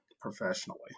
professionally